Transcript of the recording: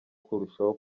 kurushaho